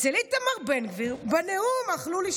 אצל איתמר בן גביר בנאום "אכלו לי,